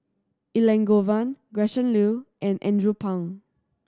Elangovan Gretchen Liu and Andrew Phang